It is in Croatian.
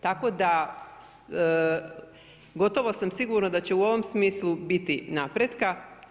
Tako da gotovo sam sigurna da će u ovom smislu biti napretka.